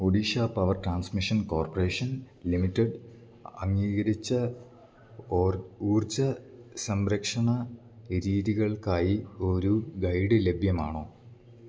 Odisha power transmission corporation limited അംഗീകരിച്ച ഊർജ്ജ സംരക്ഷണ രീതികൾക്കായി ഒരു ഗൈഡ് ലഭ്യമാണോ